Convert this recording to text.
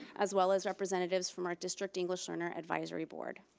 as well as representatives from our district english learner advisory board.